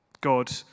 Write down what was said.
God